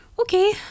okay